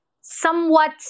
somewhat